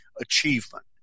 achievement